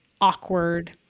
awkward